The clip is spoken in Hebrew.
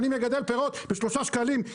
אני מגדל פירות בשלושה שקלים,